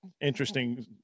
interesting